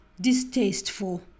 distasteful